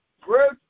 great